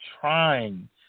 trying